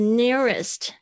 nearest